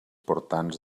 portants